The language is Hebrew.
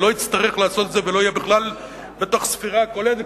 שלא יצטרך לעשות את זה ולא יהיה בכלל בתוך ספירה כוללת,